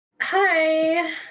Hi